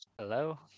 Hello